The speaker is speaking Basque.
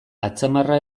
atzamarra